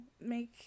make